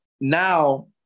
Now